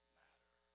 matter